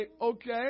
okay